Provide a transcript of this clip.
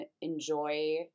enjoy